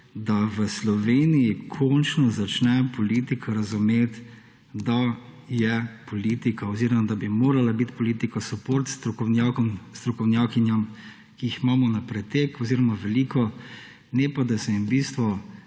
da v Sloveniji končno začne politika razumeti, da bi morala biti politika suport strokovnjakom, strokovnjakinjam, ki jih imamo na pretek oziroma veliko, ne pa da se jim v bistvu